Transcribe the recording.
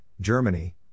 Germany